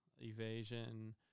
evasion